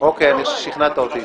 אני חושב ששכנעת אותי.